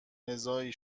نزاعی